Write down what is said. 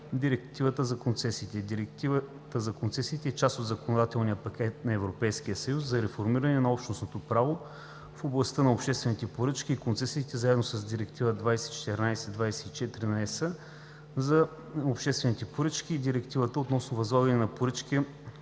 Директивата за концесиите е част от законодателния пакет на Европейския съюз (ЕС) за реформиране на Общностното право в областта на обществените поръчки и концесиите, заедно с Директива 2014/24/ЕС за обществените поръчки и Директивата относно възлагането на поръчки